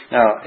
Now